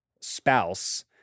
Spouse